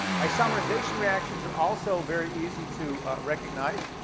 isomerization reactions are also very easy to recognize.